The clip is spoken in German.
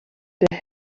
der